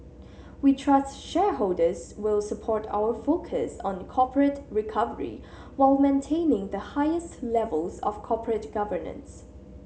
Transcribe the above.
we trust shareholders will support our focus on corporate recovery while maintaining the highest levels of corporate governance